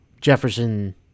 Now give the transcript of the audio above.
Jefferson